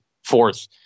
fourth